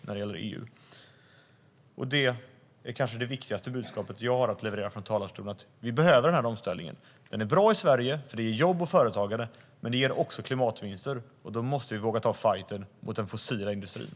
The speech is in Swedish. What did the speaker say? Det här är det viktigaste budskapet jag har att leverera från talarstolen. Vi behöver omställningen. Den är bra i Sverige eftersom den ger jobb och företagande, och den ger också klimatvinster. Då måste vi våga ta fajten mot den fossila industrin.